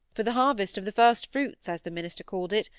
for the harvest of the first-fruits, as the minister called it,